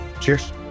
cheers